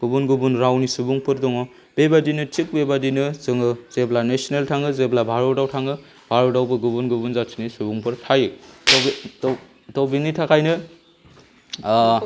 गुबुन गुबुन रावनि सुबुंफोर दङ बेबायदिनो थिग बेबायदिनो जोङो जेब्ला नेसनेल थाङो जेब्ला भारतआव थाङो भारतआवबो गुबुन गुबुन जाथिनि सुबुंफोर थायो थ' बिनि थाखायनो